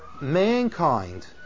mankind